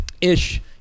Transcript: Ish